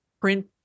print